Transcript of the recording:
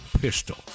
pistol